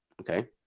Okay